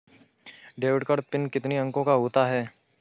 Debit card pin कितने अंकों का होता है?